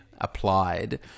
applied